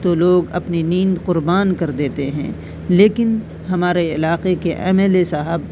تو لوگ اپنی نیند قربان کر دیتے ہیں لیکن ہمارے علاقے کے ایم ایل اے صاحب